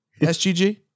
SGG